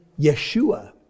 Yeshua